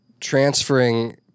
transferring